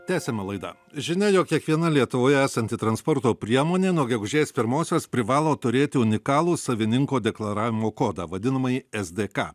tęsiame laidą žinia jog kiekviena lietuvoje esanti transporto priemonė nuo gegužės pirmosios privalo turėti unikalų savininko deklaravimo kodą vadinamąjį es dė ka